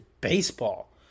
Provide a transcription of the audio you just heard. baseball